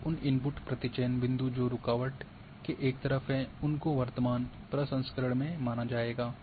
केवल उन इनपुट प्रति चयन बिंदु जो रुकवाट के एक तरफ है उनको वर्तमान प्रसंस्करण में माना जायगा